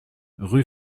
rue